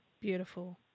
Beautiful